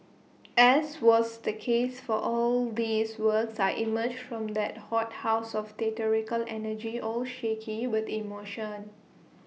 as was the case for all these works I emerged from that hothouse of theatrical energy all shaky with emotion